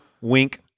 wink